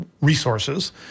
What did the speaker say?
resources